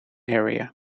area